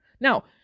Now